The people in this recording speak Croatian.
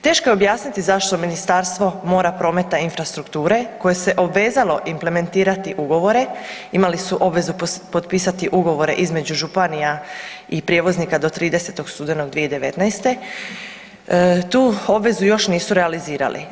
Teško je objasniti zašto Ministarstvo mora, prometa i infrastrukture koje se obvezalo implementirati ugovore, imali su obvezu potpisati ugovore između županija i prijevoznika do 30. studenog 2019., tu obvezu još nisu realizirali.